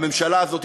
הממשלה הזאת,